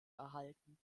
erhalten